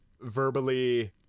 verbally